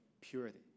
purity